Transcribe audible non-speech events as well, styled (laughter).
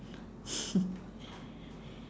(laughs)